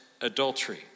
adultery